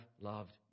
loved